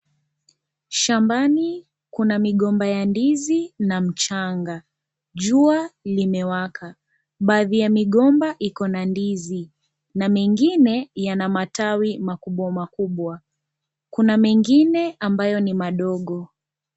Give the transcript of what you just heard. Shambani kuna migomba ya ndizi na mchanga, jua limewaka, baadhi ya migomba iko na ndizi na mengine yana matawi makubwa makubwa kuna mengine ambayo ni madogo.